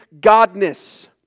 godness